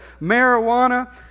marijuana